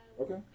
Okay